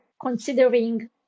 considering